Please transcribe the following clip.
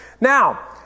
Now